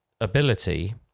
ability